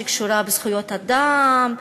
שקשורה בזכויות אדם,